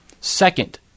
Second